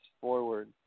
forward